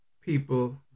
people